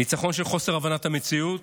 ניצחון של חוסר הבנת המציאות?